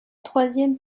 troisième